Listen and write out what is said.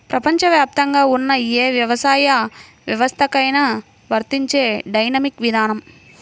ప్రపంచవ్యాప్తంగా ఉన్న ఏ వ్యవసాయ వ్యవస్థకైనా వర్తించే డైనమిక్ విధానం